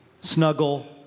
snuggle